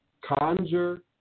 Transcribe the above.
Conjure